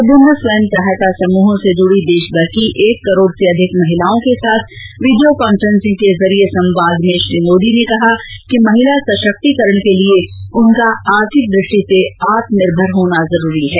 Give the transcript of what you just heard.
विभिन्न स्व सहायता समुहों से जुड़ी देश भर की एक करोड से अधिक महिलाओं के साथ वीडियो काफ्रेंसिंगके जरिए संवाद में श्री मोदी ने कहा कि महिला सशक्तिकरण के लिए उनका आर्थिक द्रष्टिसे आत्मनिर्भर होना जरूरी है